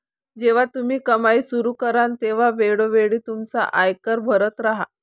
जेव्हा तुम्ही कमाई सुरू कराल तेव्हा वेळोवेळी तुमचा आयकर भरत राहा